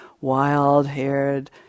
wild-haired